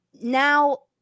now